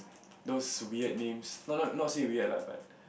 those weird names not not not say weird lah but